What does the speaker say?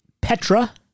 Petra